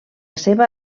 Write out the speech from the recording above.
seva